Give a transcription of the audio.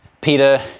Peter